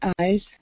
eyes